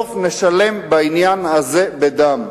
בסוף נשלם בעניין הזה בדם.